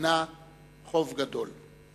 חוב גדול.